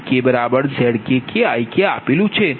અહીં VkZkkIk આપેલું છે